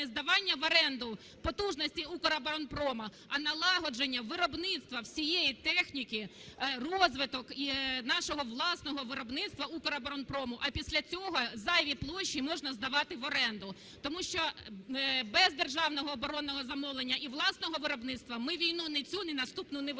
не здавання в оренду потужностей Укроборонпрома, а налагодження виробництва всієї техніки, розвиток нашого власного виробництва Укроборонпрому, а після цього зайві площі можна здавати в оренду. Тому що без державного оборонного замовлення і власного виробництва ми війну ні цю, ні наступну не виграємо.